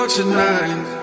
tonight